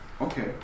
Okay